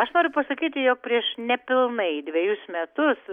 aš noriu pasakyti jog prieš nepilnai dvejus metus